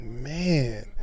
Man